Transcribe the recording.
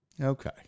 okay